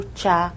cha